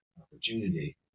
opportunity